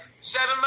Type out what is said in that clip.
Seven